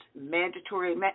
mandatory